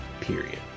period